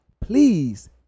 please